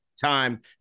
time